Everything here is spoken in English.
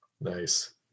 Nice